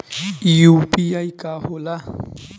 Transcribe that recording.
ई यू.पी.आई का होला?